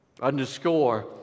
underscore